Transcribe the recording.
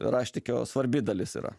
raštikio svarbi dalis yra